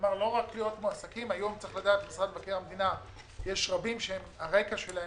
במשרד מבקר המדינה יש רבים שהרקע שלהם